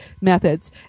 methods